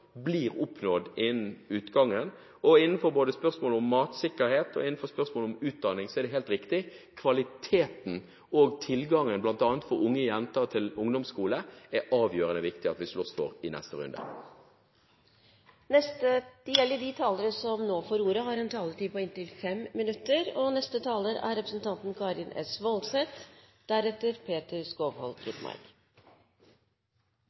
blir oppnådd innen utgangen. Både innenfor spørsmålet om matsikkerhet og innenfor spørsmålet om utdanning er det helt riktig: Kvaliteten og tilgangen for bl.a. unge jenter til ungdomsskole er det avgjørende viktig at vi slåss for i neste runde.